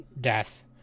death